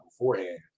beforehand